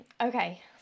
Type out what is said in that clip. okay